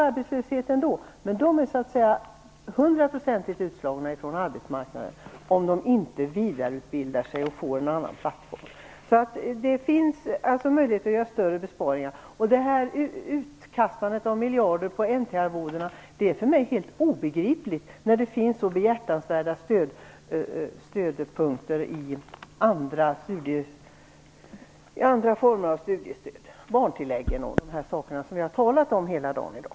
Arbetslösheten är ändå hög, men dessa är hundraprocentigt utslagna från arbetsmarknaden om de inte vidareutbildar sig och får en annan plattform. Det här utkastandet av miljarder på NT-arvodena är för mig helt obegripligt, när det finns andra former av studiestöd som är så behjärtansvärda, som barntilläggen och det som vi har talat om hela tiden här i dag.